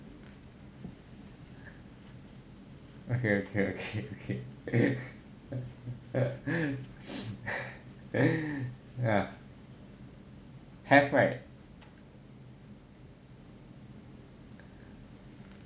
okay okay okay okay ya have right